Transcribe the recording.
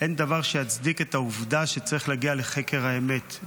אין דבר שימחק את העובדה שצריך להגיע לחקר האמת,